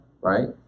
right